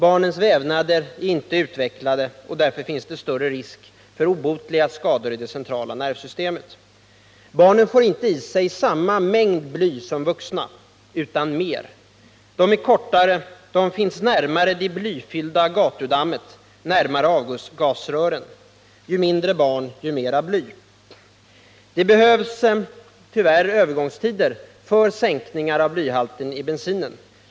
Barnens vävnader är inte färdigutvecklade, och därför utsätts de för större risker för obotliga skador i det centrala nervsystemet. Den mängd bly som barnen får i sig är inte densamma som för de vuxna, utan den är t.o.m. större — barnen är kortare och finns närmare det blyfyllda gatudammet, närmare avgasrören: ju mindre barn, desto mera bly. Det behövs tyvärr övergångstider för att man skall kunna sänka blyhalten i bensinen.